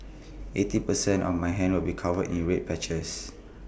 eighty percent of my hand will be covered in red patches